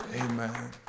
Amen